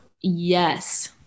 Yes